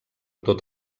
tot